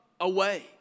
away